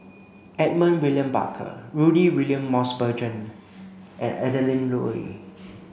Edmund William Barker Rudy William Mosbergen and Adeline Ooi